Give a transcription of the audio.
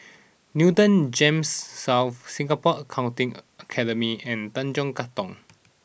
Newton Gems South Singapore Accountancy Academy and Tanjong Katong